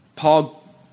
Paul